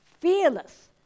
fearless